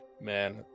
Man